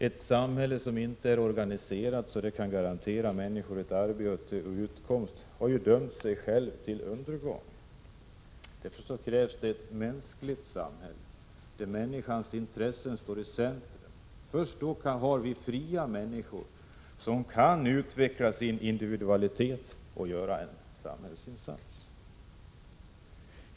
Ett samhälle som inte är organiserat så att det kan garantera människor ett arbete och utkomst har dömt sig självt till undergång. Därför krävs ett mänskligt samhälle, där människans intressen står i centrum. Först då har vi fria människor som kan utveckla sin individualitet och göra en samhällsinsats.